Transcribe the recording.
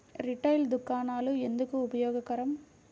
Retail దుకాణాలు ఎందుకు ఉపయోగకరం?